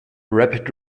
rapid